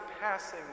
passing